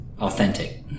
Authentic